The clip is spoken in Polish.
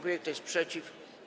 Kto jest przeciw?